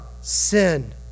sin